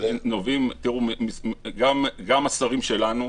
גם השרים שלנו,